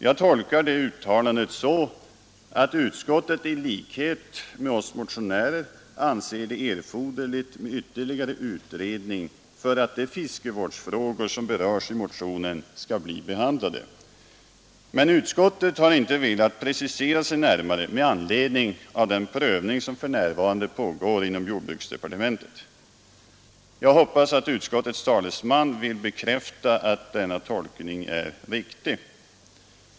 Jag tolkar uttalandet så, att utskottet i likhet med oss motionärer anser det erforderligt med ytterligare utredning för att de fiskevårdsfrågor som berörs i motionen skall bli behandlade, men utskottet har inte velat precisera sig närmare med anledning av den prövning som för närvarande pågår inom jordbruksdepartementet. Jag hoppas att utskottets talesman vill bekräfta att denna tolkning är riktig.